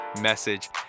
message